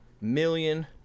million